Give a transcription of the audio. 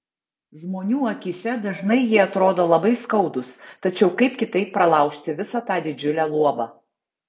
žmonių akyse dažnai jie atrodo labai skaudūs tačiau kaip kitaip pralaužti visa tą didžiulę luobą